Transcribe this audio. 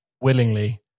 Willingly